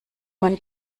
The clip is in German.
man